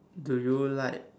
do you like